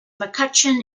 mccutcheon